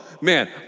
man